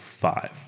five